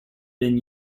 been